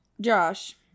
Josh